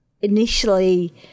initially